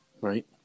Right